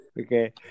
okay